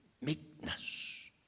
meekness